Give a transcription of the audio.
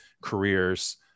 careers